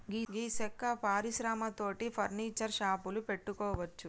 గీ సెక్క పరిశ్రమ తోటి ఫర్నీచర్ షాపులు పెట్టుకోవచ్చు